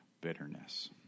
bitterness